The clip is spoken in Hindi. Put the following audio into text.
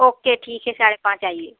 ओके ठीक है साढ़े पाँच आइए